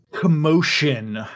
commotion